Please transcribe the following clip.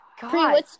God